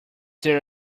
there